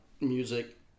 music